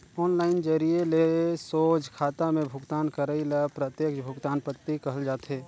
online जरिए ले सोझ खाता में भुगतान करई ल प्रत्यक्छ भुगतान पद्धति कहल जाथे